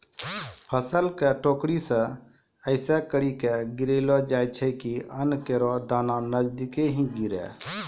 फसल क टोकरी सें ऐसें करि के गिरैलो जाय छै कि अन्न केरो दाना नजदीके ही गिरे